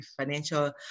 financial